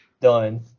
Done